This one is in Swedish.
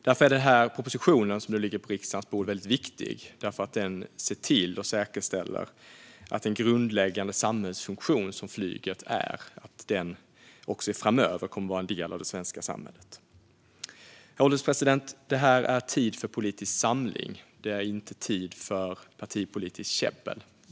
Därför är den proposition som nu ligger på riksdagens bord väldigt viktig, eftersom den säkerställer att den grundläggande samhällsfunktion som flyget är också framöver kommer att vara en del av det svenska samhället. Herr ålderspresident! Det här är en tid för politisk samling. Det är inte en tid för partipolitiskt käbbel.